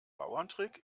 bauerntrick